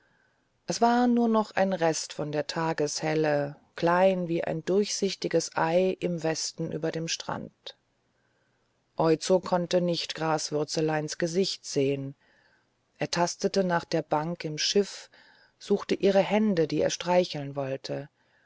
es war nur noch ein rest von der tageshelle klein wie ein durchsichtiges ei im westen über dem strand oizo konnte nicht graswürzeleins gesicht sehen er tastete nach der bank im schiff suchte ihre hände die er streicheln wollte